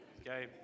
Okay